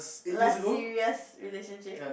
last few years relationship